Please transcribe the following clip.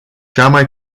mai